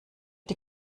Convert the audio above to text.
die